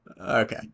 Okay